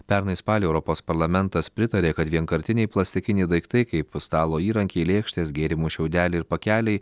pernai spalį europos parlamentas pritarė kad vienkartiniai plastikiniai daiktai kaip stalo įrankiai lėkštės gėrimų šiaudeliai ir pakeliai